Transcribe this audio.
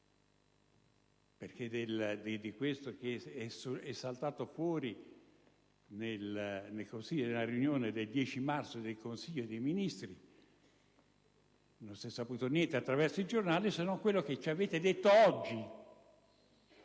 mozione: questo aspetto è saltato fuori nella riunione del 10 marzo del Consiglio dei ministri, di cui non si è saputo niente attraverso i giornali ma solo quello che ci avete detto oggi.